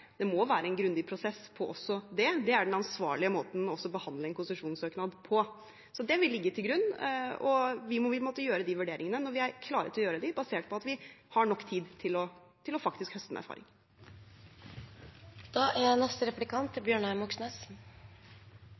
Det må være en grundig prosess på også det; det er den ansvarlige måten å behandle en konsesjonssøknad på. Det vil ligge til grunn, og vi vil måtte gjøre de vurderingene når vi er klare til å gjøre dem, basert på at vi har nok tid til faktisk å høste en erfaring. Statsråden ble altså spurt om en